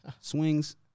Swings